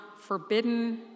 forbidden